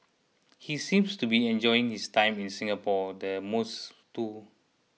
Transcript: he seems to be enjoying his time in Singapore the most too